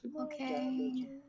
Okay